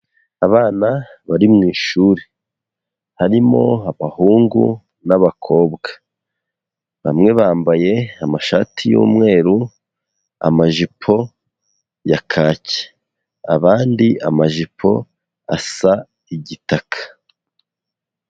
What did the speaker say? Abana bari mu ishuri harimo abahungu n'abakobwa, bamwe bambaye amashati y'umweru amajipo ya kaki abandi amajipo asa igitaka.